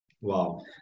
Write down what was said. Wow